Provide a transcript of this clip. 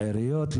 לעיריות,